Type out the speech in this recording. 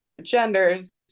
genders